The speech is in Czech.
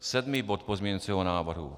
Sedmý bod pozměňovacího návrhu.